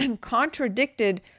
contradicted